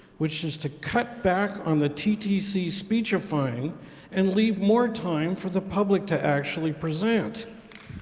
which is to cut back on the ttc speechifying and leave more time for the public to actually present.